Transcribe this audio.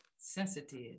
sensitive